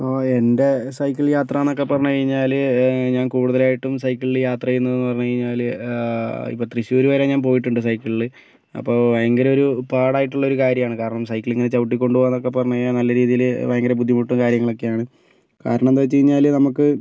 ഓ എൻ്റെ സൈക്കിൾ യാത്ര എന്നൊക്കെ പറഞ്ഞ് കഴിഞ്ഞാല് ഞാൻ കൂടുതലായിട്ടും സൈക്കിളിൽ യാത്ര ചെയ്യുന്നത് എന്ന് പറഞ്ഞ് കഴിഞ്ഞാല് ഇപ്പം തൃശ്ശൂർ വരെ ഞാൻ പോയിട്ടുണ്ട് സൈക്കിളില് അപ്പോൾ ഭയങ്കര ഒരു പാടായിട്ടുള്ള ഒരു കാര്യമാണ് കാരണം സൈക്കിൾ ഇങ്ങനെ ചവിട്ടിക്കൊണ്ട് പോവുക എന്നൊക്കെ പറഞ്ഞ് കഴിഞ്ഞാല് നല്ല രീതിയില് ഭയങ്കര ബുദ്ധിമുട്ടും കാര്യങ്ങളൊക്കെയാണ് കാരണം എന്തെന്ന് വെച്ച് കഴിഞ്ഞാല് നമുക്ക്